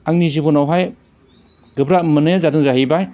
आंनि जिबनावहाय गोब्राब मोननाया जादों जाहैबाय